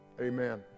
amen